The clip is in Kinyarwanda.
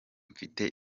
mfite